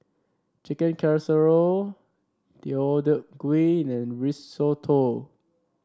Chicken Casserole Deodeok Gui and Risotto